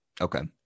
Okay